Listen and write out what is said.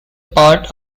part